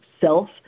self